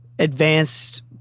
advanced